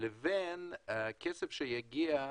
לבין כסף שיגיע